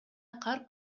кар